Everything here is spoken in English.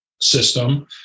system